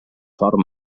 sort